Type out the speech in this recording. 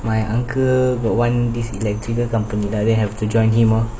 my uncle got one this like சின்ன:chinna companythen have to join him lor